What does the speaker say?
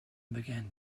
began